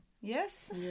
Yes